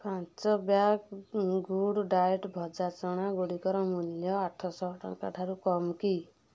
ପାଞ୍ଚ bag good diet ଭଜା ଚଣାଗୁଡ଼ିକର ମୂଲ୍ୟ ଆଠଶହ ଟଙ୍କା ଠାରୁ କମ୍ କି